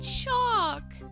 chalk